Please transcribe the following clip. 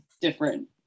different